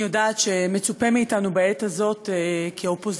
אני יודעת שמצופה מאתנו בעת הזאת כאופוזיציה